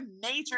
major